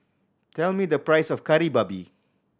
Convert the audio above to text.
tell me the price of Kari Babi